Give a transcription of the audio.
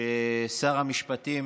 ששר המשפטים